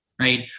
right